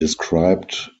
described